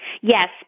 Yes